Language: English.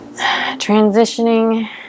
transitioning